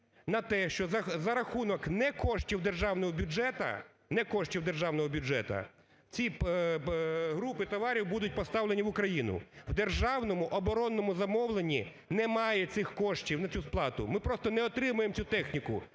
бюджета, не коштів державного бюджета, ці групи товарів будуть поставлені в Україну. В державному оборонному замовленні немає цих коштів на цю сплату, ми просто не отримаєм цю техніку,